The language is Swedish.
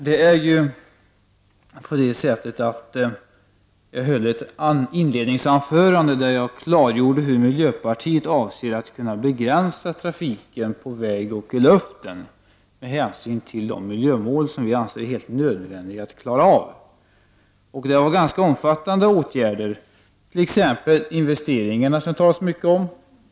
Herr talman! I mitt inledningsanförande klargjorde jag hur vi i miljöpartiet avser att begränsa trafiken på vägar och i luften med hänsyn till de miljömål som vi anser att det är helt nödvändigt att uppnå. Det är då fråga om ganska omfattande åtgärder. Det gäller t.ex. de investeringar som det talas så mycket om.